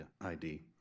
ID